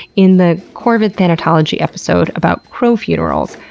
in the corvid thanatology episode about crow funerals,